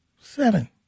seven